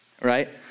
right